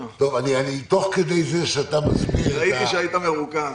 תוך כדי זה שאתה מסביר --- ראיתי שהיית מרוכז.